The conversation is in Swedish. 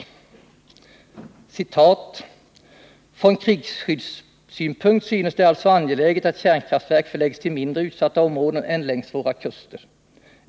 Jag citerar: 87 betydelse för försvaret ”Från krigsskyddssynpunkt synes det alltså angeläget att kärnkraftverk förläggs till mindre utsatta områden än längs våra kuster.